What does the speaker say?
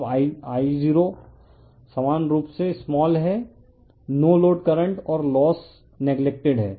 अब I0 समान रूप से स्माल है नो लोड करंट और लोस नेग्लेक्टेड है